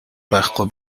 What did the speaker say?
байхгүй